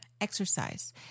Exercise